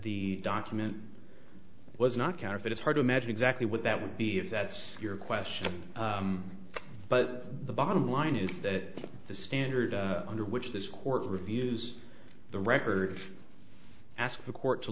e document was not counterfeit it's hard to imagine exactly what that would be if that's your question but the bottom line is that the standard under which this court reviews the record of ask the court to